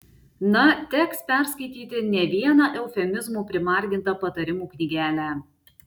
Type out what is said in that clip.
na teks perskaityti ne vieną eufemizmų primargintą patarimų knygelę